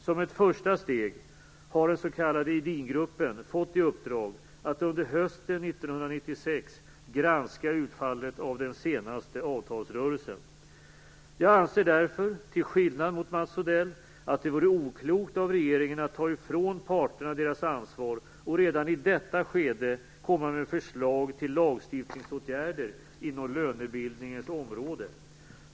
Som ett första steg har den s.k. Edingruppen fått i uppdrag att under hösten 1996 granska utfallet av den senaste avtalsrörelsen. Jag anser därför, till skillnad från Mats Odell, att det vore oklokt av regeringen att ta ifrån parterna deras ansvar och redan i detta skede komma med förslag till lagstiftningsåtgärder inom lönebildningens område.